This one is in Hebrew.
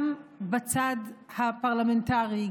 גם בצד הפרלמנטרי,